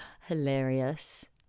Hilarious